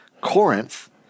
Corinth